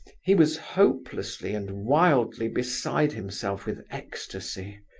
he was hopelessly and wildly beside himself with ecstasy.